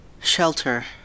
Shelter